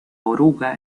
oruga